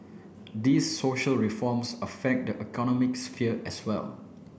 these social reforms affect the economic sphere as well